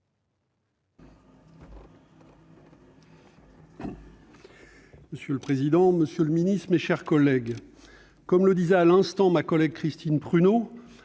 Monsieur le président, monsieur le ministre, mes chers collègues, comme le disait à l'instant ma collègue Christine Prunaud,